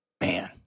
man